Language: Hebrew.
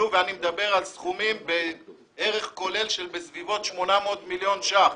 ואני מדבר על סכומים בערך כולל של בסביבות 800 מיליון שקלים.